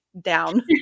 down